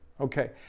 Okay